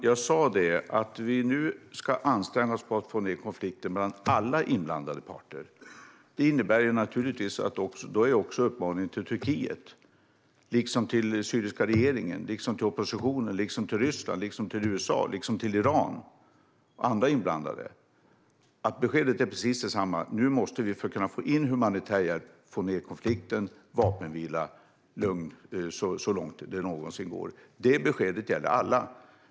Fru talman! Jag sa att vi nu ska anstränga oss för att få ned konflikterna mellan alla inblandade parter. Det innebär naturligtvis också en uppmaning till Turkiet liksom till den syriska regeringen, till oppositionen, till Ryssland, till USA och till Iran. Beskedet är precis detsamma: Nu måste vi få ned konflikten och få in humanitär hjälp. Det måste bli vapenvila och lugn så långt det någonsin går. Det beskedet gäller alla.